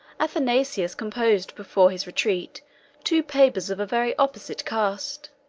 athanasius composed before his retreat two papers of a very opposite cast.